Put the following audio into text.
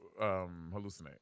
hallucinate